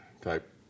type